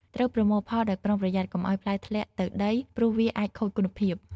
ត្រូវប្រមូលផលដោយប្រុងប្រយ័ត្ន កុំឲ្យផ្លែធ្លាក់ទៅដីព្រោះវាអាចខូចគុណភាព។